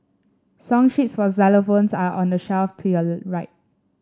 song sheets for xylophones are on the shelf to your right